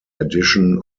addition